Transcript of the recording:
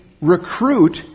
recruit